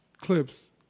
clips